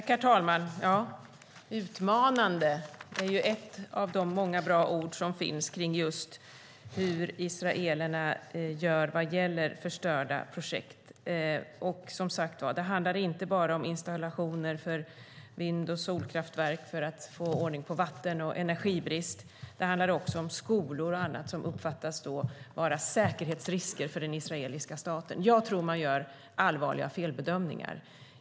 Herr talman! "Utmanande" är ett av de många bra ord som finns kring just hur israelerna gör vad gäller förstörda projekt. Det handlar som sagt inte bara om installationer av vind och solkraftverk för att få ordning på vatten och energibrist. Det handlar också om skolor och annat som uppfattas vara säkerhetsrisker för den israeliska staten. Jag tror att man gör allvarliga felbedömningar.